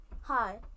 hi